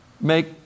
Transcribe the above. make